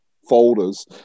Folders